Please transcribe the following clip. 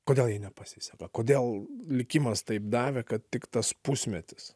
kodėl ji nepasiseka kodėl likimas taip davė kad tik tas pusmetis